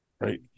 right